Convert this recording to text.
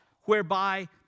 whereby